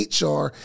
HR